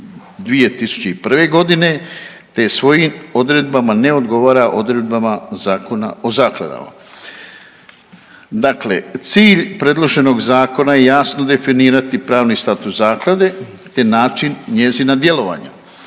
2001.g. te svojim odredbama ne odgovara odredbama Zakona o zakladama. Dakle, cilj predloženog zakona je jasno definirati pravni status zaklade te način njezina djelovanja.